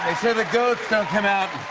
sure the goats don't come out.